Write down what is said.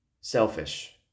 selfish